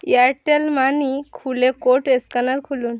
Airtel money খুলে code scanner খুলুন